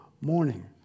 morning